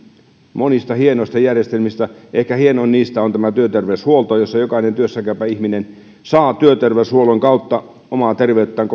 monta hienoa järjestelmää ja ehkä hienoin niistä on tämä työterveyshuolto jossa jokainen työssä käyvä ihminen saa työter veyshuollon kautta omaa terveyttään